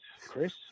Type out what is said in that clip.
Chris